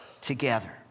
together